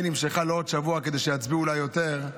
נמשכה לעוד שבוע כדי שיצביעו לה יותר,